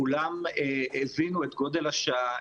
כולם הבינו את גודל השעה,